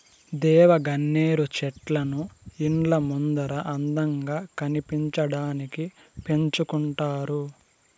దేవగన్నేరు చెట్లను ఇండ్ల ముందర అందంగా కనిపించడానికి పెంచుకుంటారు